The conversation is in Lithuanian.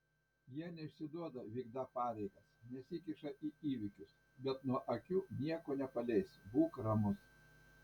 jie neišsiduoda vykdą pareigas nesikiša į įvykius bet nuo akių nieko nepaleis būk ramus